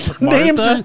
names